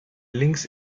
links